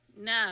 No